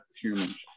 humans